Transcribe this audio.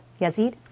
Yazid